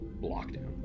lockdown